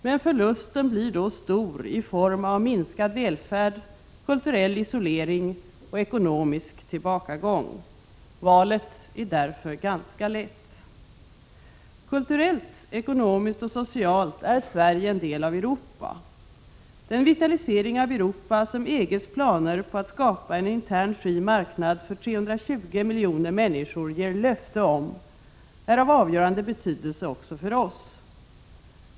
Men förlusten blir då stor i form av minskad välfärd, kulturell isolering och ekonomisk tillbakagång. Valet är därför ganska lätt. Kulturellt, ekonomiskt och socialt är Sverige en del av Europa. Den vitalisering av Europa som EG:s planer på att skapa en intern fri marknad för 320 miljoner människor ger löfte om är av avgörande betydelse också för oss.